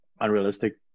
unrealistic